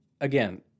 again